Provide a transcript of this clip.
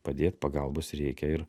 padėt pagalbos reikia ir